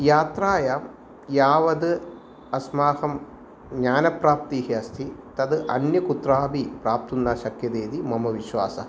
यात्रायां यावद् अस्माकं ज्ञानप्राप्तिः अस्ति तद् अन्य कुत्रापि प्राप्तुं न शक्यते इति मम विश्वासः